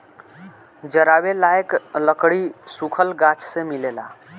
जरावे लायक लकड़ी सुखल गाछ से मिलेला